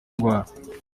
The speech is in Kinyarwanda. ndwara